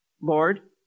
Lord